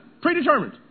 Predetermined